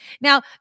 Now